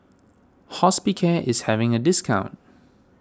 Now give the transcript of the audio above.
Hospicare is having a discount